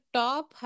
top